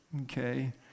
okay